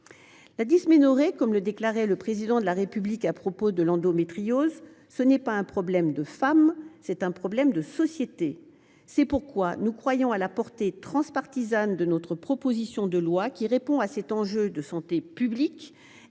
La dysménorrhée, comme le déclarait le Président de la République à propos de l’endométriose, « ce n’est pas un problème de femmes, c’est un problème de société ».